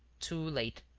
too late.